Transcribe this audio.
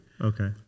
Okay